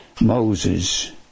moses